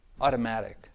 automatic